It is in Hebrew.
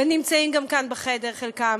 והם נמצאים גם כאן, בחדר, חלקם,